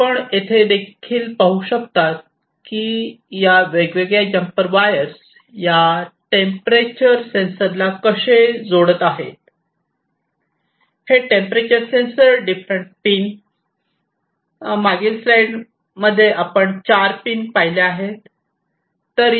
आणि आपण येथे देखील पाहू शकता की या वेगवेगळ्या जम्पर वायर्स या टेंपरेचर सेन्सरला कसे जोडत आहेत हे टेंपरेचर सेन्सर डिफरंट पिन मागील स्लाइडमध्ये आपण चार पिन पाहिल्या आहेत